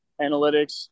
analytics